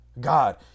God